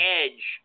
edge –